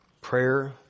Prayer